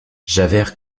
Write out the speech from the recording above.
javert